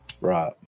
Right